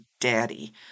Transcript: daddy